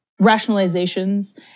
rationalizations